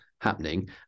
happening